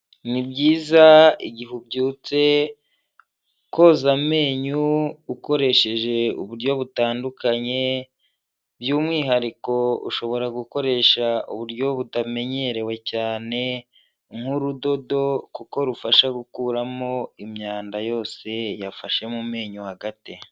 Ni byiza igihe ubyutse koza amenyo ukoresheje uburyo butandukanye, by'umwihariko ushobora gukoresha uburyo butamenyerewe cyane nk'urudodo kuko rufasha gukuramo imyanda yose yafashe mu menyo hagati.